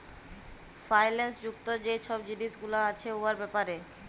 ফাইল্যাল্স যুক্ত যে ছব জিলিস গুলা আছে উয়ার ব্যাপারে